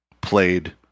played